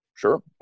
Sure